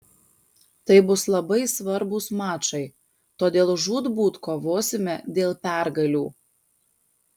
tai bus labai svarbūs mačai todėl žūtbūt kovosime dėl pergalių